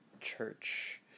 church